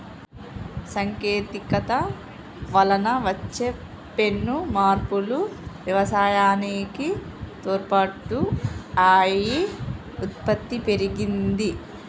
సాంకేతికత వలన వచ్చే పెను మార్పులు వ్యవసాయానికి తోడ్పాటు అయి ఉత్పత్తి పెరిగింది